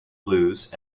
blues